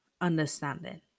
understanding